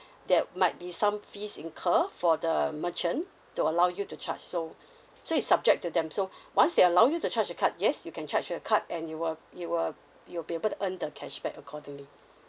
there might be some fees incur for the merchant to allow you to charge so so it's subject to them so once they allow you to charge the card yes you can charge your card and you will you will you'll be able to earn the cashback accordingly